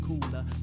cooler